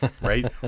Right